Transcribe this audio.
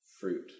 fruit